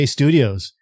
Studios